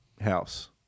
house